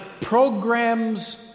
programs